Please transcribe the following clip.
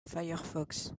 firefox